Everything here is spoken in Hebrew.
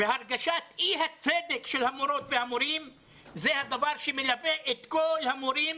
והרגשת אי הצדק של המורות והמורים זה הדבר שמלווה את כל המורים,